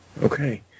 okay